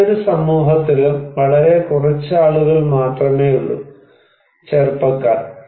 ഏതൊരു സമൂഹത്തിലും വളരെ കുറച്ച് ആളുകൾ മാത്രമേയുള്ളൂ ചെറുപ്പക്കാർ